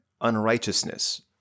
unrighteousness